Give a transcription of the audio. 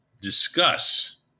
discuss